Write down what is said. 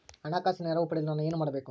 ಹಣಕಾಸಿನ ನೆರವು ಪಡೆಯಲು ನಾನು ಏನು ಮಾಡಬೇಕು?